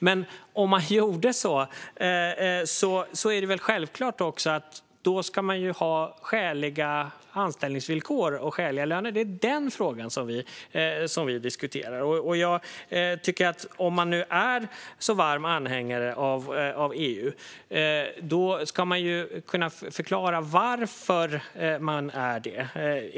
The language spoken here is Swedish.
Men om vi gör så är det väl självklart att man också ska ha skäliga anställningsvillkor och skäliga löner. Det är den frågan vi diskuterar. Om man nu är så varm anhängare av EU tycker jag att man ska kunna förklara varför man är det.